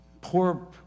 poor